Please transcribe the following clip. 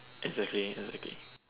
exactly exactly